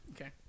Okay